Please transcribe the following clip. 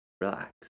relax